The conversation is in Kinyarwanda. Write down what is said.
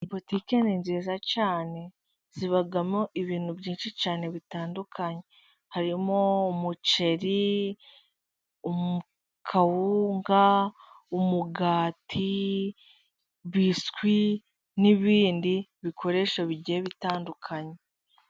Butike ni nziza cyane zibamo ibintu byinshi cyane bitandukanye harimo: umuceri, kawunga, umugati, biswi n'ibindi bikoresho bigiye bitandukanye.